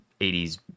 80s